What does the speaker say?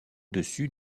dessus